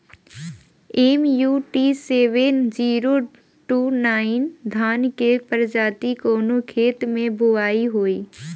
MUT seven zero two nine धान के प्रजाति कवने खेत मै बोआई होई?